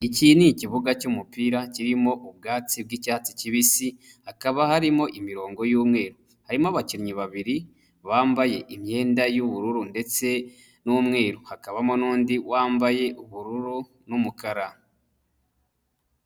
Iki ni ikibuga cy'umupira kirimo ubwatsi bw'icyatsi kibisi, hakaba harimo imirongo y'umweru. Harimo abakinnyi babiri bambaye imyenda y'ubururu ndetse n'umweru, hakabamo n'undi wambaye ubururu n'umukara.